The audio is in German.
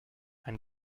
ein